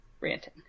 ranting